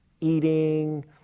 eating